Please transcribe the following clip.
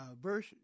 verse